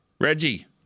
Reggie